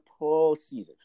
postseason